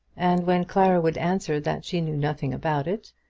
and when clara would answer that she knew nothing about it,